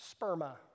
Sperma